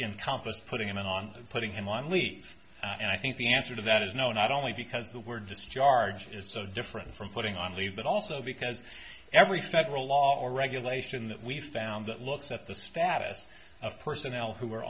compas putting him on putting him on leave and i think the answer to that is no not only because the word discharge is so different from putting on leave but also because every federal law or regulation that we found that looks at the status of personnel who